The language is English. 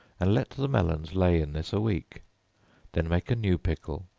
and let the melons lay in this a week then make a new pickle,